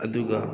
ꯑꯗꯨꯒ